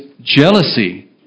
jealousy